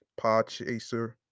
Podchaser